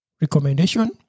recommendation